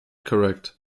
correct